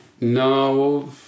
No